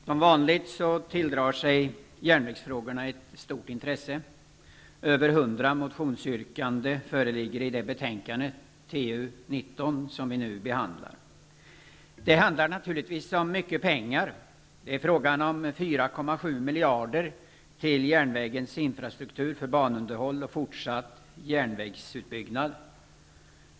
Herr talman! Som vanligt tilldrar sig järnvägsfrågorna ett stort intresse. Det är över 100 Det handlar naturligtvis om mycket pengar. Det är fråga om 4,7 miljarder till järnvägens infrastruktur för banunderhåll och fortsatt järnvägsutbyggnad.